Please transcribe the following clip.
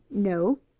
no.